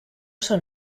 son